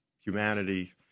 humanity